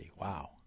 wow